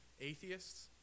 atheists